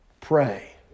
Pray